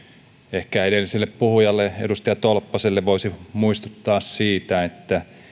ehkä edelliselle puhujalle edustaja tolppaselle voisi muistuttaa siitä että